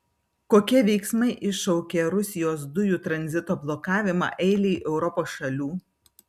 kokie veiksmai iššaukė rusijos dujų tranzito blokavimą eilei europos šalių